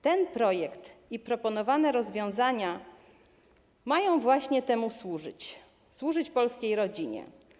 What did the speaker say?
Ten projekt i proponowane rozwiązania mają właśnie temu służyć - służyć polskiej rodzinie.